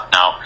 Now